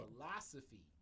Philosophy